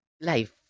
life